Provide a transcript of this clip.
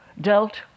dealt